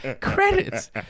credits